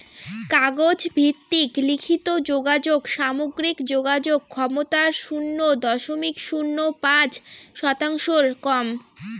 কাগজ ভিত্তিক লিখিত যোগাযোগ সামগ্রিক যোগাযোগ ক্ষমতার শুন্য দশমিক শূন্য পাঁচ শতাংশর কম